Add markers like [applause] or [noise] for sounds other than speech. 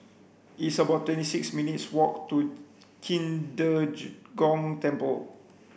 it's about twenty six minutes' walk to Qing [unintelligible] Gong Temple